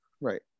right